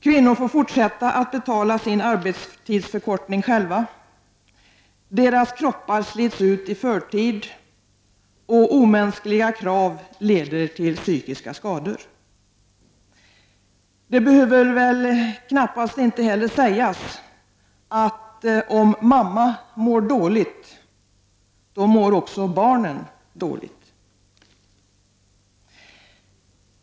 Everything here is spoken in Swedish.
Kvinnor får fortsätta att betala sin arbetstidsförkortning själva, deras kroppar slits ut i förtid och omänskliga krav leder till psykiska skador. Det behöver väl knappast sägas, att om mamma mår dåligt, mår också barnen dåligt.